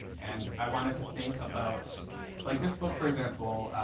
and i wanted to think about like this book, for example,